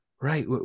right